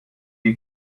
you